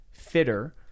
fitter